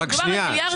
רק רגע.